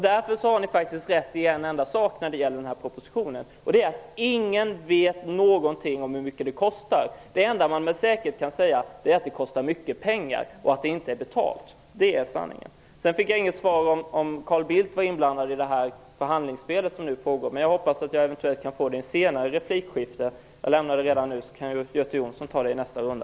Därför har ni faktiskt rätt i en enda sak när det gäller den här propositionen, nämligen att ingen vet någonting om hur mycket det kostar. Det enda man med säkerhet kan säga är att det kostar mycket pengar och att det inte är betalt. Det är sanningen. Jag fick inget svar på frågan om Carl Bildt var inblandad i det förhandlingsspel som nu pågår. Jag hoppas att jag kan få svar på den i ett senare replikskifte. Jag lämnar den saken redan nu, så kan Göte Jonsson ta upp den i nästa runda.